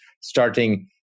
starting